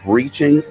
Breaching